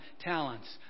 talents